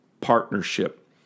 partnership